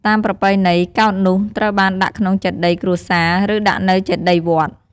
តាមប្រពៃណី កោដ្ឋនោះត្រូវបានដាក់ក្នុងចេតិយគ្រួសារ ឬ ដាក់នៅចេតិយវត្ត។